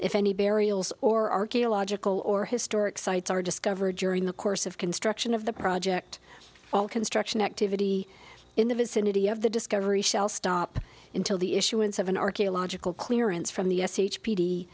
if any burials or archaeological or historic sites are discovered during the course of construction of the project all construction activity in the vicinity of the discovery shall stop until the issuance of an archaeological clearance from the us h p